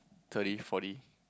thirty forty